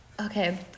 Okay